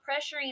pressuring